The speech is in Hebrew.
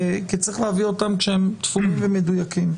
כי צריך להביא אותם כשהם סגורים ומדויקים.